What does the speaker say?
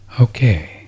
Okay